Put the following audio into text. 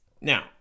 Now